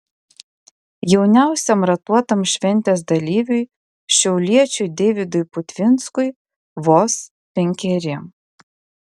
jauniausiam ratuotam šventės dalyviui šiauliečiui deividui putvinskui vos penkeri